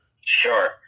Sure